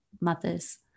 mothers